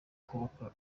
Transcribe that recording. kubaka